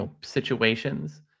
situations